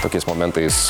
tokiais momentais